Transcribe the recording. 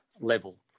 level